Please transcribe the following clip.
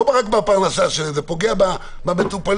לא רק בפרנסה אלא פוגע במטופלים.